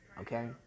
Okay